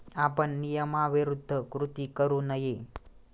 आपण नियमाविरुद्ध कृती करू नये